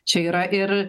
čia yra ir